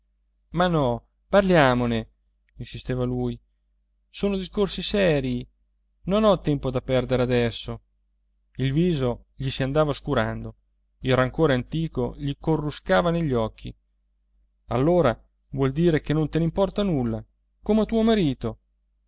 ma no parliamone insisteva lui sono discorsi serii non ho tempo da perdere adesso il viso gli si andava oscurando il rancore antico gli corruscava negli occhi allora vuol dire che non te ne importa nulla come a tuo marito